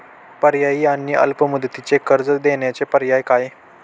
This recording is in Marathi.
पर्यायी आणि अल्प मुदतीचे कर्ज देण्याचे पर्याय काय?